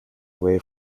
away